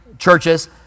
churches